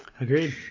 Agreed